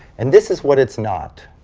and this is what it's not.